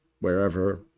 wherever